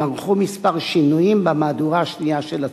הם ערכו כמה שינויים במהדורה השנייה של הספר,